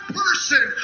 person